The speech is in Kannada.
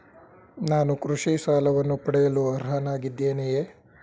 ನಾನು ಕೃಷಿ ಸಾಲವನ್ನು ಪಡೆಯಲು ಅರ್ಹನಾಗಿದ್ದೇನೆಯೇ?